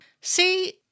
See